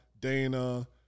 Dana